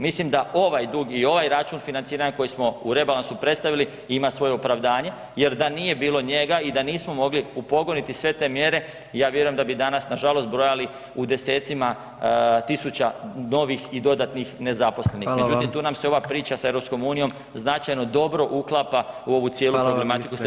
Mislim da ovaj dug i ovaj račun financiranja koji smo u rebalansu predstavili ima svoje opravdanje jer da nije bilo njega i da nismo mogli upogoniti sve te mjere, ja vjerujem da bi danas nažalost brojali u desecima tisuća novih i dodatnih nezaposlenih, međutim tu nam se ova priča sa EU značajno dobro uklapa u ovu cijelu problematiku … okvira.